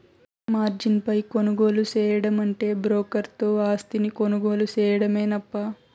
margin పై కొనుగోలు సేయడమంటే బ్రోకర్ తో ఆస్తిని కొనుగోలు సేయడమేనప్పా